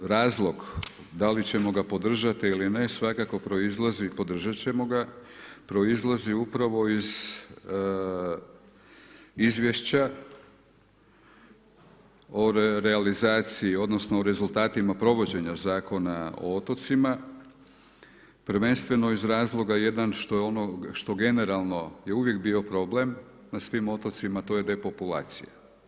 Razlog da li ćemo ga podržati ili ne, svakako proizlazim, podržati ćemo ga, proizlazi upravo iz izvješća o realizaciji, odnosno, o rezultatima provođenja Zakona o otocima, prvenstveno iz razloga, jedan, što generalno je uvijek bio problem na svim otocima a to je depopulacija.